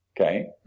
okay